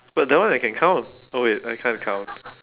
but that one I can count oh wait I can't count